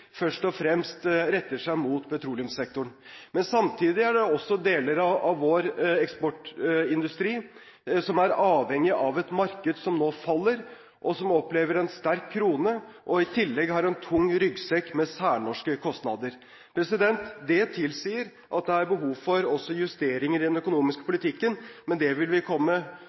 først og fremst retter seg mot petroleumssektoren. Samtidig er det også deler av vår eksportindustri som er avhengig av et marked som nå faller, som opplever en sterk krone og i tillegg har en tung ryggsekk med særnorske kostnader. Det tilsier at det er behov for justeringer i den økonomiske politikken, men det vil vi komme